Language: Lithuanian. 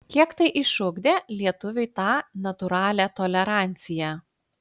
kiek tai išugdė lietuviui tą natūralią toleranciją